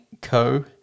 Co